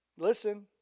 Listen